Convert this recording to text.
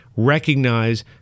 recognize